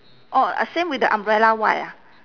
orh uh same with the umbrella white ah